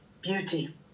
beauty